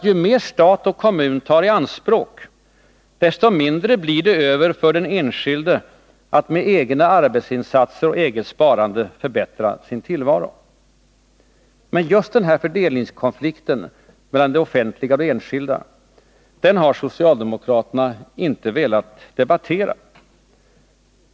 Ju mer stat och kommun tar i anspråk, desto mindre blir det över för den enskilde att med egna arbetsinsatser och eget sparande förbättra sin tillvaro. Men just denna fördelningskonflikt mellan det offentliga och de enskilda har socialdemokraterna inte velat debattera.